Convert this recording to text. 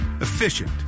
efficient